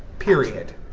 period.